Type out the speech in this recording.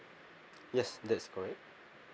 yes that's correct